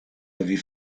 avis